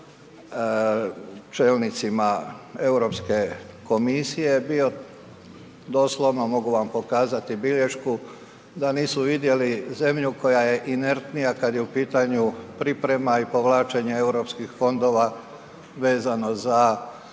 se čelnicima Europske komisije doslovno, mogu vam pokazati bilješku da nisu vidjelu zemlju koja je inertnija kad je u pitanju priprema i povlačenje europskih fondova vezano za